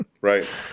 right